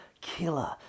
killer